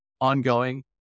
ongoing